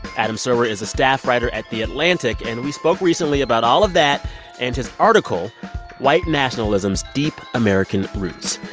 adam serwer is a staff writer at the atlantic, and we spoke recently about all of that and his article white nationalism's deep american roots.